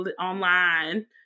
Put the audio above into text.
online